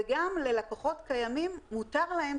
וגם ללקוחות קיימים מותר להם,